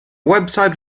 website